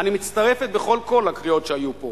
"אני מצטרפת בכל לב" לקריאות שהיו פה,